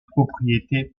propriété